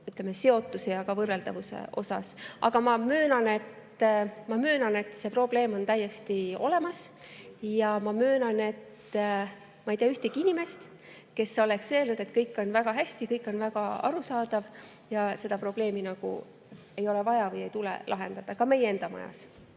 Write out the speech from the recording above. ütleme, seotuse ja ka võrreldavuse osas. Aga ma möönan, et see probleem on täiesti olemas, ja ma möönan, et ma ei tea ühtegi inimest, kes oleks öelnud, et kõik on väga hästi, kõik on väga arusaadav ja seda probleemi ei ole vaja või ei tule lahendada. Ka meie enda majas.